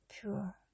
pure